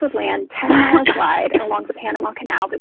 but land ten miles wide along the panama canal but